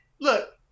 look